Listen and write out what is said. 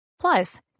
Plus